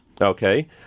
Okay